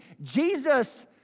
Jesus